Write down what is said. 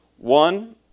One